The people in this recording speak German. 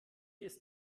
ist